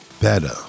better